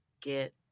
get